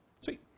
Sweet